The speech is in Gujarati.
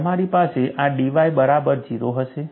તમારી પાસે આ dy બરાબર 0 હશે